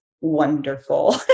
wonderful